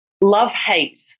love-hate